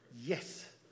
Yes